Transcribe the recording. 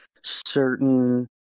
certain